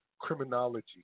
criminology